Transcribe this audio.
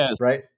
right